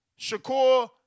Shakur